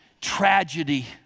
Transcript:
tragedy